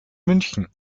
münchen